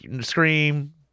scream